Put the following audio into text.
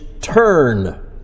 turn